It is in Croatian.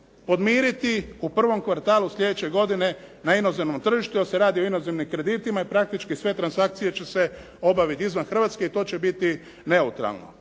podmiriti u prvom kvartalu sljedeće godine na inozemnom tržištu, jer se radi o inozemnim kreditima i praktički sve transakcije će se obaviti izvan Hrvatske i to će biti neutralno.